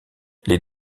les